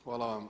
Hvala vam.